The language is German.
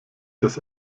das